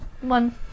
One